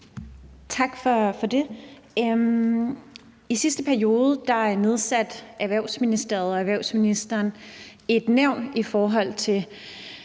Tak for det. I sidste periode nedsatte Erhvervsministeriet og erhvervsministeren et nævn, i forhold til